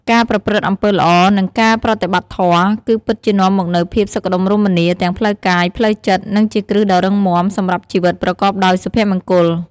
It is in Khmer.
ការប្រព្រឹត្តអំពើល្អ និងការប្រតិបត្តិធម៌ គឺពិតជានាំមកនូវភាពសុខដុមរមនាទាំងផ្លូវកាយ ផ្លូវចិត្ត និងជាគ្រឹះដ៏រឹងមាំសម្រាប់ជីវិតប្រកបដោយសុភមង្គល។